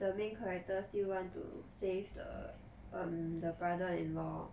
the main character still want to save the um the brother in law